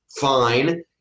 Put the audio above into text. fine